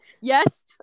yes